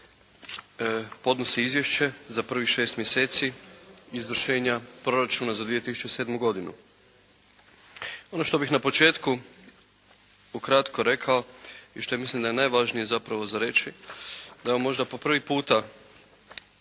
podnosi izvješće za prvih 6 mjeseci izvršenja Proračuna za 2007. godinu. Ono što bih na početku ukratko rekao i što mislim da je najvažnije zapravo za reći da možda po prvi puta